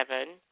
seven